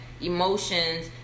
emotions